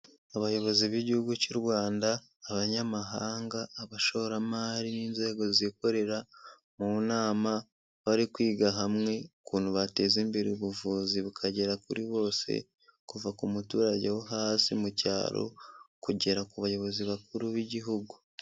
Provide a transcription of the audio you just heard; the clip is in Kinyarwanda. Abayobozi b'Igihugu cy'u Rwanda, Abanyamahanga, abashoramari n'inzego zikorera ,mu nama bari kwiga hamwe ukuntu bateza imbere ubuvuzi bukagera kuri bose, kuva ku muturage wo hasi mu cyaro, kugera ku bayobozi bakuru b'igihugu.